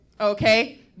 Okay